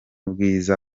bwiza